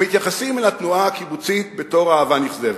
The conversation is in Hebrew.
שמתייחסים לתנועה הקיבוצית בתור אהבה נכזבת: